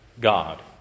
God